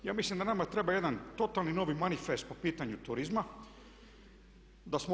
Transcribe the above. Ja mislim da nama treba jedan totalni novi manifest po pitanju turizma, da smo u